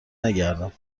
نگردم